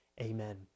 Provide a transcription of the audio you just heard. amen